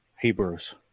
Hebrews